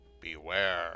Beware